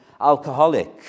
alcoholic